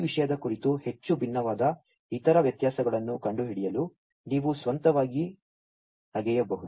ಈ ವಿಷಯದ ಕುರಿತು ಹೆಚ್ಚು ವಿಭಿನ್ನವಾದ ಇತರ ವ್ಯತ್ಯಾಸಗಳನ್ನು ಕಂಡುಹಿಡಿಯಲು ನೀವು ಸ್ವಂತವಾಗಿ ಅಗೆಯಬಹುದು